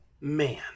Man